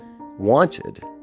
wanted